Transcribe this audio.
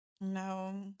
No